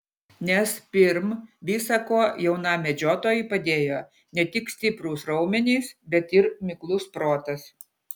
nes pirm visa ko jaunam medžiotojui padėjo ne tik stiprūs raumenys bet ir miklus protas